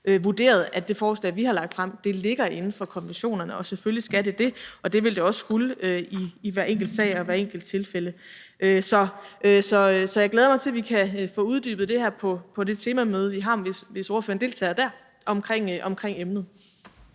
at det forslag, vi har lagt frem, ligger inden for konventionerne, og selvfølgelig skal det det. Det vil det også skulle i hver enkelt sag og i hvert enkelt tilfælde. Så jeg glæder mig til, at vi kan få uddybet det her på et temamøde, vi har omkring emnet, hvis ordføreren deltager der. Kl.